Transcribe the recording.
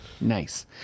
Nice